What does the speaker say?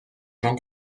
jean